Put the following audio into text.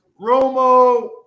Romo